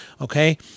Okay